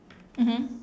mmhmm